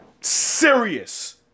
serious